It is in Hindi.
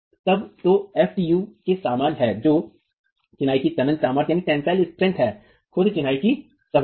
तो यह तब तो f tu के समान है जो चिनाई की तनन सामर्थ्य है खुद चिनाई कि सभा है